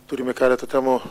turime keletą temų